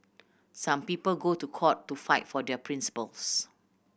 some people go to court to fight for their principles